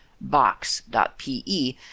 Box.pe